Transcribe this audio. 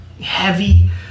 heavy